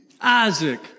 Isaac